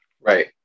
Right